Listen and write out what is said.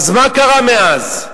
מה קרה מאז?